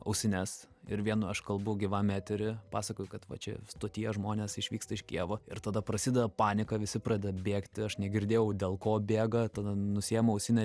ausines ir vienu aš kalbu gyvam etery pasakoju kad va čia stotyje žmonės išvyksta iš kijevo ir tada prasideda panika visi pradeda bėgti aš negirdėjau dėl ko bėga tada nusiemu ausinę